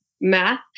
math